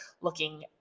looking